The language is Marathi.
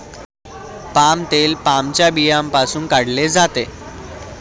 पाम तेल पामच्या बियांपासून काढले जाते